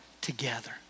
together